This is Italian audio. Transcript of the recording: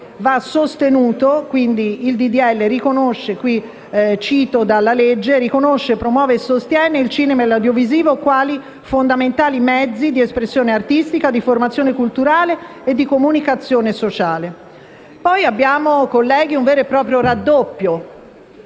va sostenuto. Cito dalla legge «il disegno di legge riconosce, promuove e sostiene il cinema e l'audiovisivo quali fondamentali mezzi di espressione artistica, di formazione culturale e di comunicazione sociale». Colleghi, abbiamo poi un vero e proprio raddoppio